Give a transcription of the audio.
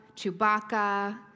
Chewbacca